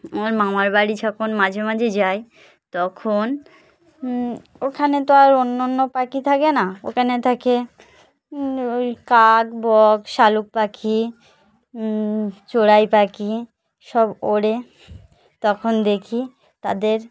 আমার মামার বাড়ি যখন মাঝে মাঝে যাই তখন ওখানে তো আর অন্য অন্য পাখি থাকে না ওখানে থাকে ওই কাক বক শালিক পাখি চড়াই পাখি সব ওড়ে তখন দেখি তাদের